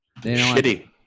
Shitty